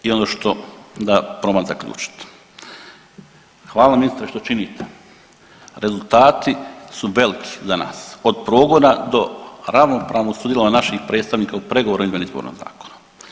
I ono što da probam zaključiti, hvala ministre što činite, rezultati su veliki za nas od progona do ravnopravnog sudjelovanja naših predstavnika u pregovorima o izmjeni izbornog zakona.